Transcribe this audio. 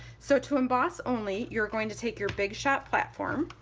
so to emboss only you're going to take your big shot platform